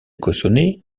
cossonay